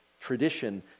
Tradition